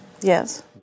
Yes